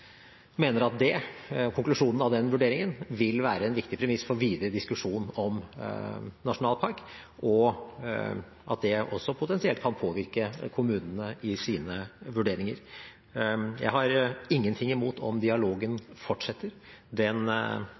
mener at konklusjonen av den vurderingen vil være en viktig premiss for den videre diskusjonen om nasjonalpark, og at det også potensielt kan påvirke kommunene i sine vurderinger. Jeg har ingenting imot om dialogen fortsetter. Den